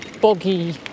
boggy